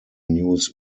news